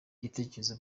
igitekerezo